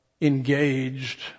engaged